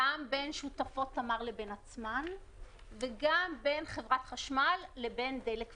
גם בין שותפות תמר לבין עצמן וגם בין חברת החשמל לבין דלק ונובל.